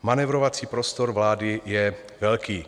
Manévrovací prostor vlády je velký.